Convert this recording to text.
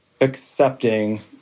accepting